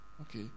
Okay